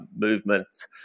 movements